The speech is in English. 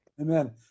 Amen